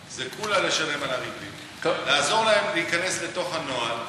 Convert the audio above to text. זה כולה לשלם על הריבית לעזור להן להיכנס לתוך הנוהל,